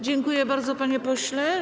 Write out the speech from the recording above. Dziękuję bardzo, panie pośle.